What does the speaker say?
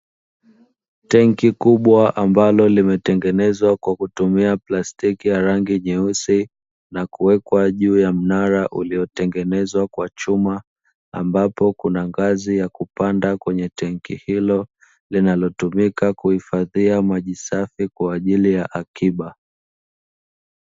Tenki kubwa ambalo limetengenezwa kwa kutumia plastiki ya rangi nyeusi na kuwekwa juu ya mnara uliotengenezwa kwa chuma, ambapo kuna ngazi ya kupanda kwenye tenki hilo linalotumika kuhifadhia maji safi kwa ajili ya akiba.